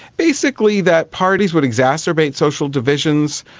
basically that parties would exacerbate social divisions.